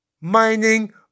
mining